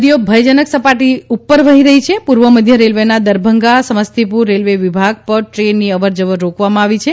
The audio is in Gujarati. નદીઓ ભયજનક સપાટીથી ઉપર વહી રહી છે પૂર્વ મધ્ય રેલ્વેના દરભંગા સમસ્તીપુર રેલ્વે વિભાગ પર દ્રેનની અવરજવર રોકવામાં આવી છે